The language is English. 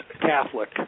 Catholic